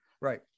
Right